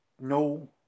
no